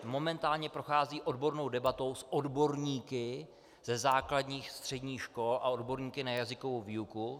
Momentálně prochází odbornou debatou s odborníky ze základních a středních škol a odborníky na jazykovou výuku.